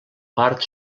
part